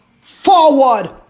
forward